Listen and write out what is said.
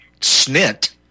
snit